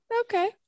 Okay